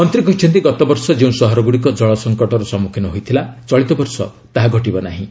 ମନ୍ତ୍ରୀ କହିଛନ୍ତି ଗତବର୍ଷ ଯେଉଁ ସହରଗ୍ରଡ଼ିକ ଜଳ ସଙ୍କଟର ସମ୍ମଖୀନ ହୋଇଥିଲା ଚଳିତ ବର୍ଷ ତାହା ଘଟିବ ନାହିଁ